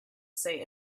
say